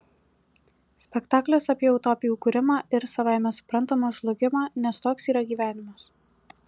spektaklis apie utopijų kūrimą ir savaime suprantama žlugimą nes toks yra gyvenimas